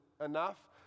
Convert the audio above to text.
enough